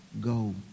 Go